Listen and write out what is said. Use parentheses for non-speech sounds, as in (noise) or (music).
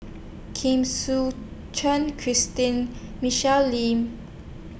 (unintelligible) Suchen Christine Michelle Lim